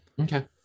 Okay